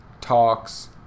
talks